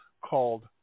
called